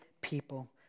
people